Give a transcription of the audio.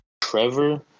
Trevor